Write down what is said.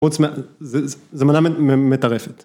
חוץ מ, זה מנה מטרפת.